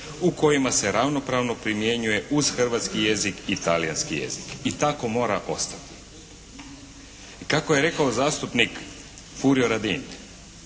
u kojima se ravnopravno primjenjuje uz hrvatski jezik i talijanski jezik i tako mora ostati. I kako je rekao zastupnik Furio Radin